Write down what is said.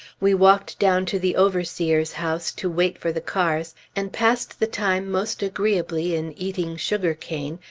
we walked down to the overseer's house to wait for the cars, and passed the time most agreeably in eating sugar-cane,